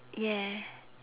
yes